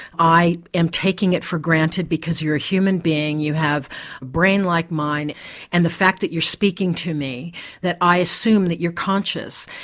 i am taking it for granted because you're a human being, you have a brain like mine and the fact that you're speaking to me that i assume that you're conscious.